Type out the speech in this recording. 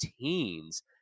teens